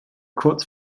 kurz